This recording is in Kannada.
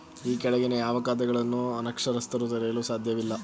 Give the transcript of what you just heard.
ಈ ಕೆಳಗಿನ ಯಾವ ಖಾತೆಗಳನ್ನು ಅನಕ್ಷರಸ್ಥರು ತೆರೆಯಲು ಸಾಧ್ಯವಿಲ್ಲ?